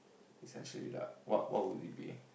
essentially lah what what will it be